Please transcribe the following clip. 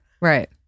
Right